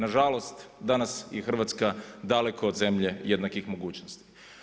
Na žalost danas je Hrvatska daleko od zemlje jednakih mogućnosti.